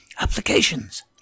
applications